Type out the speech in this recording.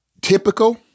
typical